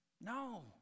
No